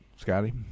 Scotty